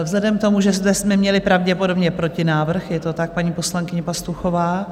Vzhledem k tomu, že zde jsme měli pravděpodobně protinávrh je to tak, paní poslankyně Pastuchová?